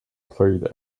played